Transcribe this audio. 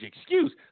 excuse